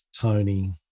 Tony